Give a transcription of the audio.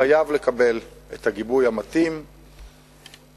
חייב לקבל את הגיבוי המתאים בתשתיות,